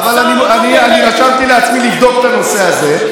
אבל אני חשבתי לעצמי לבדוק את הנושא הזה.